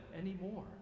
anymore